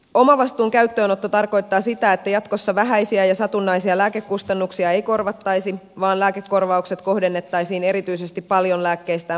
omavastuun käyttöönotto tarkoittaa sitä että jatkossa vähäisiä ja satunnaisia lääkekustannuksia ei korvattaisi vaan lääkekorvaukset kohdennettaisiin erityisesti paljon lääkkeistään maksaville ihmisille